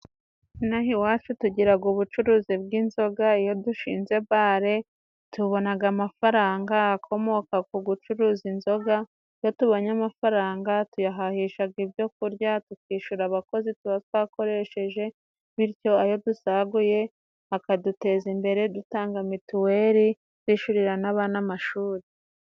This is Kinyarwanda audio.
Ino aha iwacu tugira ubucuruzi bw'inzoga, iyo dushinze bale tubona amafaranga akomoka ku gucuruza inzoga, iyo tubonye amafaranga tuyahahisha ibyo kurya, tukishyura abakozi tuba twakoresheje, bityo ayo dusaguye akaduteza imbere dutanga mituweli, twishyurira n'abana amashuri.